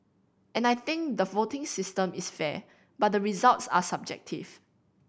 and I think the voting system is fair but the results are subjective